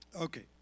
Okay